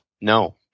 No